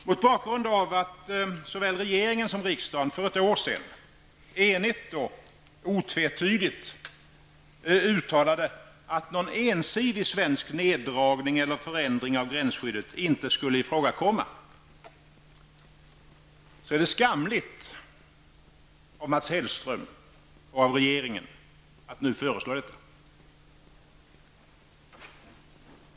Mot bakgrund av att såväl regeringen som riksdagen för ett år sedan enigt och otvetydigt uttalade att någon ensidig svensk neddragning eller förändring av gränsskyddet inte skulle komma i fråga är det skamligt av Mats Hellström och regeringen att nu föreslå detta.